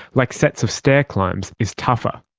like sets of stair climbs, is tougher.